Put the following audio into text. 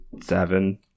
seven